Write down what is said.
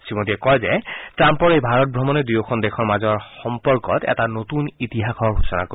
শ্ৰীমোদীয়ে কয় যে ট্ৰাম্পৰ এই ভাৰত ভ্ৰমণে দুয়োখন দেশৰ মাজৰ সম্পৰ্কৰ এটা নতুন ইতিহাসৰ সূচনা কৰে